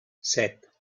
set